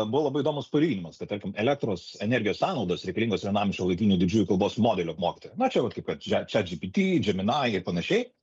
buvo labai įdomus palyginimas kad tarkim elektros energijos sąnaudos reikalingos vienam iš šiuolaikinių didžiųjų kalbos modelių apmokyti na čia vat kaip kad chatgpt gemini ir panašiai